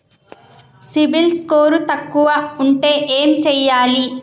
CIBIL score తక్కువ ఉంటే ఏం చేయాలి?